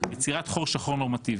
יצירת חור שחור נורמטיבי.